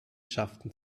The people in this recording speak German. schafften